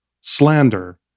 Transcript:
Slander